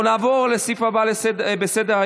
אנחנו נעבור לסעיף הבא על סדר-היום,